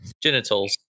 Genitals